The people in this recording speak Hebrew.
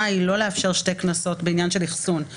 היא לא לאפשר שתי קנסות בעניין של "אחסון".